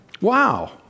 Wow